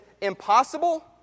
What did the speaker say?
impossible